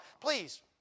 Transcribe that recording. Please